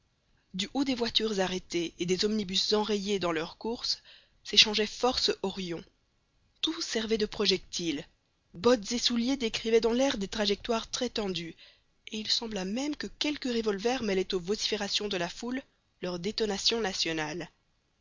du haut des voitures arrêtées et des omnibus enrayés dans leur course s'échangeaient force horions tout servait de projectiles bottes et souliers décrivaient dans l'air des trajectoires très tendues et il sembla même que quelques revolvers mêlaient aux vociférations de la foule leurs détonations nationales